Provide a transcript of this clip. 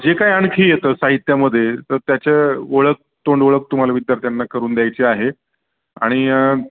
जे काय आणखी येतं साहित्यामध्ये तर त्याच्या ओळख तोंडओळख तुम्हाला विद्यार्थ्यांना करून द्यायची आहे आणि